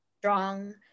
strong